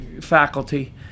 faculty